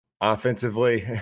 Offensively